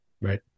Right